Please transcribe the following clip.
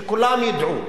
שכולם ידעו.